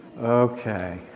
Okay